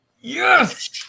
Yes